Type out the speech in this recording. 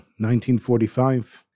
1945